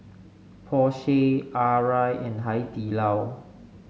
Porsche Arai and Hai Di Lao